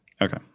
Okay